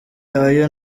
ayo